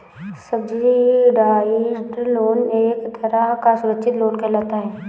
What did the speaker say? subsidised loan एक तरह का सुरक्षित लोन कहलाता है